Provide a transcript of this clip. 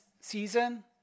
season